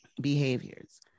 behaviors